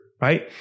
right